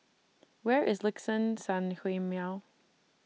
Where IS Liuxun Sanhemiao